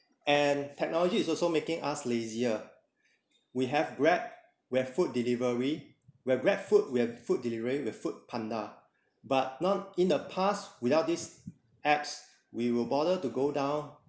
and technology is also making us lazier we have grab we have food delivery we have grab-food we have food delivery we have food-panda but not in the past without these apps we will bother to go down